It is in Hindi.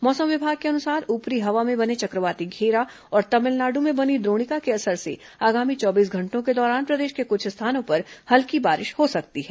मौसम विभाग के अनुसार ऊ प री हवा में बने च क्र वाती घेरा और तमिलनाडु में बनी द्रोणिका के असर से आगामी चौबीस घंटों के दौरान प्रदेश के कुछ स्थानों पर हल्की बारिश हो सकती है